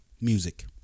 Music